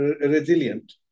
resilient